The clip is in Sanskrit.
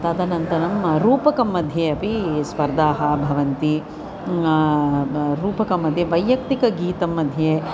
तदनन्तरं रूपकमध्ये अपि स्पर्धाः भवन्ति ब रूपकमध्ये वैयक्तिकगीतं मध्ये